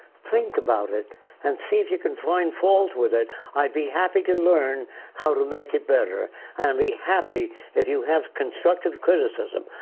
think about it and see if you can find fault with it. i'd be happy to learn how to make it better and be happy if you have constructive criticism.